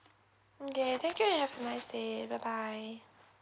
okay thank you and have a nice day bye bye